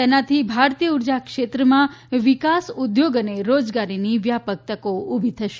તેનાથી ભારતીય ઉર્જાક્ષેત્રમાં વિકાસ ઉદ્યોગ અને રોજગારની વ્યાપક તકો ઉભી થશે